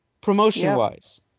promotion-wise